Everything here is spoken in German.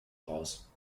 raus